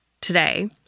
today